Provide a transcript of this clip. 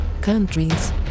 countries